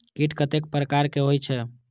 कीट कतेक प्रकार के होई छै?